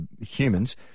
humans